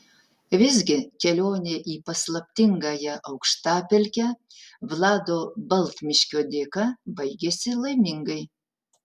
visgi kelionė į paslaptingąją aukštapelkę vlado baltmiškio dėka baigėsi laimingai